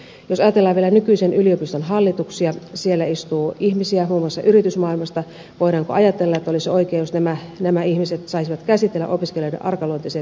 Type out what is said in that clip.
jos ajatellaan vielä nykyisten yliopistojen hallituksia siellä istuu ihmisiä muun muassa yritysmaailmasta voidaanko ajatella että olisi oikein jos nämä ihmiset saisivat käsitellä opiskelijoiden arkaluonteisia terveystietoja